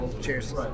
Cheers